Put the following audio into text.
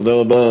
תודה רבה.